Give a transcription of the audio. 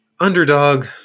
underdog